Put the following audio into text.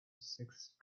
sixth